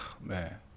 man